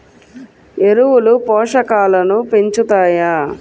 ఎరువులు పోషకాలను పెంచుతాయా?